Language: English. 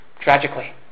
tragically